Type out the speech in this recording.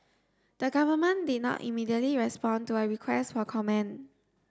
the government did not immediately respond to a request for comment